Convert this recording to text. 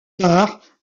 tard